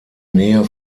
nähe